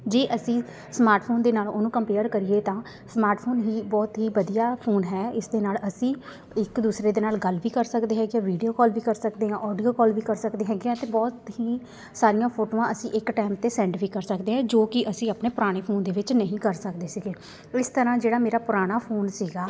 ਜੇ ਅਸੀਂ ਸਮਾਰਟਫੋਨ ਦੇ ਨਾਲ ਉਹਨੂੰ ਕੰਪੇਅਰ ਕਰੀਏ ਤਾਂ ਸਮਾਰਟਫੋਨ ਹੀ ਬਹੁਤ ਹੀ ਵਧੀਆ ਫੋਨ ਹੈ ਇਸ ਦੇ ਨਾਲ ਅਸੀਂ ਇੱਕ ਦੂਸਰੇ ਦੇ ਨਾਲ ਗੱਲ ਵੀ ਕਰ ਸਕਦੇ ਹੈਗੇ ਵੀਡੀਓ ਕੋਲ ਵੀ ਕਰ ਸਕਦੇ ਹਾਂ ਆਡੀਓ ਕੋਲ ਵੀ ਕਰ ਸਕਦੇ ਹੈਗੇ ਹਾਂ ਅਤੇ ਬਹੁਤ ਹੀ ਸਾਰੀਆਂ ਫੋਟੋਆਂ ਅਸੀਂ ਇੱਕ ਟਾਈਮ 'ਤੇ ਸੈਂਡ ਵੀ ਕਰ ਸਕਦੇ ਹੈ ਜੋ ਕਿ ਅਸੀਂ ਆਪਣੇ ਪੁਰਾਣੇ ਫੋਨ ਦੇ ਵਿੱਚ ਨਹੀਂ ਕਰ ਸਕਦੇ ਸੀਗੇ ਇਸ ਤਰ੍ਹਾਂ ਜਿਹੜਾ ਮੇਰਾ ਪੁਰਾਣਾ ਫੋਨ ਸੀਗਾ